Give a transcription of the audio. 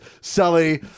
Sully